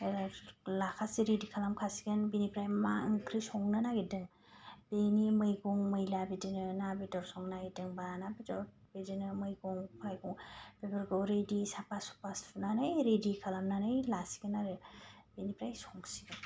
लाखासै रेदि खालाम खासिगोन बेनिफ्राइ मा ओंख्रि संनो नागेरदों बेनि मैगं मैला बिदिनो ना बदर सावनाय दंबा ना बेदर बिदिनो मैगं थाइगं बेफोरखौ रेदि साफा सुफा सुनानै रेदि खालामनानै लासिगोन आरो बेनिफ्राइ संसिगोन